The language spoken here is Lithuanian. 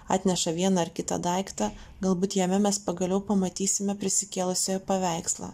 atneša vieną ar kitą daiktą galbūt jame mes pagaliau pamatysime prisikėlusiojo paveikslą